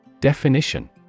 Definition